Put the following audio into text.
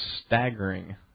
staggering